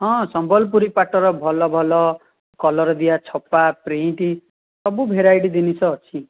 ହଁ ସମ୍ବଲପୁରୀ ପାଟର ଭଲ ଭଲ କଲର୍ ଦିଆ ଛପା ପ୍ରିଣ୍ଟ୍ ସବୁ ଭେରାଇଟି ଜିନିଷ ଅଛି